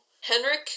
Henrik